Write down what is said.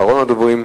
אחרון הדוברים,